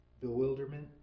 bewilderment